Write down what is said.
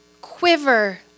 quiver